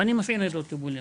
ואני מפעיל ניידות טיפול נמרץ.